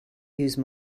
use